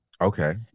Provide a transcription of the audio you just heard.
Okay